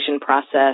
process